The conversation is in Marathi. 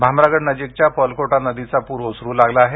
भामरागडनजीकच्या पर्लकोटा नदीचा पूर ओसरु लागला आहे